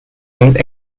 made